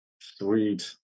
Sweet